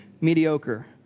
mediocre